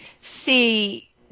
see